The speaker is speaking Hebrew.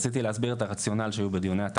רציתי להסביר את הרציונל שהיה בדיוני התקציב.